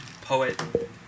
poet